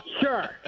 sure